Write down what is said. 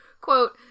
quote